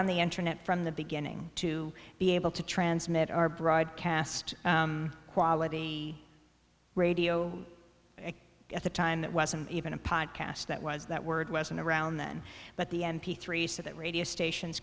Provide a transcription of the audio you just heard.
on the internet from the beginning to be able to transmit our broadcast quality radio at the time that wasn't even a podcast that was that word wasn't around then but the m p three so that radio stations